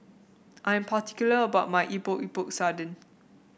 I'm particular about my Epok Epok Sardin